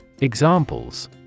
Examples